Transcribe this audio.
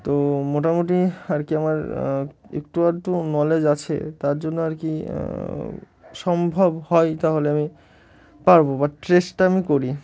তো মোটামুটি আর কি আমার একটু আধটু নলেজ আছে তার জন্য আর কি সম্ভব হয় তাহলে আমি পারব বা চেষ্টা আমি করি